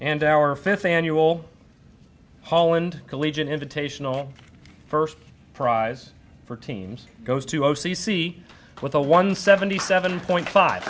and our fifth annual holland collegian invitational first prize for teams goes to o c c with a one seventy seven point five